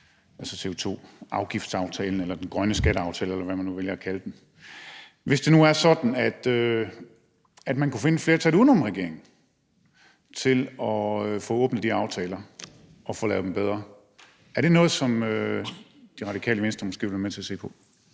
altså CO2-afgiftsaftalen eller den grønne skatteaftale, eller hvad man nu vælger at kalde den. Hvis det nu er sådan, at man kunne finde et flertal uden om regeringen til at få åbnet de aftaler og få lavet dem bedre, ville det så være noget, som Radikale Venstre måske ville være med til at se på?